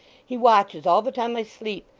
he watches all the time i sleep,